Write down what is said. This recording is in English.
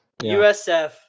USF